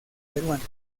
peruano